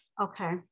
Okay